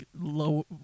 low